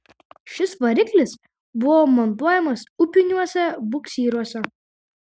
šis variklis buvo montuojamas upiniuose buksyruose